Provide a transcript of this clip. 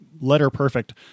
letter-perfect